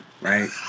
right